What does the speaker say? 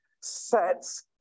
sets